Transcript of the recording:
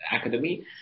academy